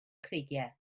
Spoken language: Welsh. creigiau